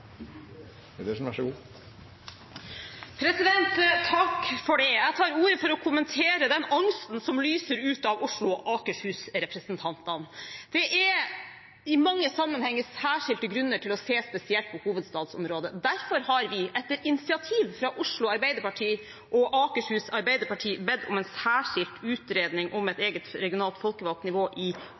Jeg tar ordet for å kommentere den angsten som lyser ut av Oslo- og Akershus-representantene. Det er i mange sammenhenger særskilte grunner til å se spesielt på hovedstadsområdet. Derfor har vi etter initiativ fra Oslo Arbeiderparti og Akershus Arbeiderparti bedt om en særskilt utredning om et eget regionalt folkevalgt nivå i